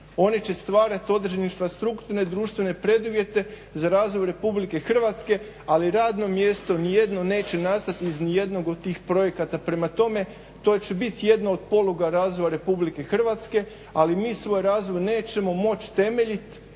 Oni će stvarati određene infrastrukturne, društvene preduvjete za razvoj Republike Hrvatske ali radno mjesto ni jedno neće nastati iz ni jednog od tih projekata. Prema tome, to će bit jedna od poluga razvoja Republike Hrvatske, ali mi svoj razvoj nećemo moći temeljiti,